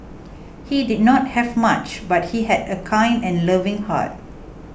he did not have much but he had a kind and loving heart